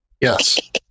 Yes